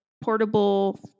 portable